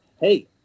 hey